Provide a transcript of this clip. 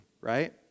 right